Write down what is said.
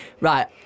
Right